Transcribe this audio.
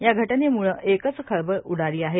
या घटनेम्ळे एकच खळबळ उडाली आहे